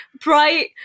bright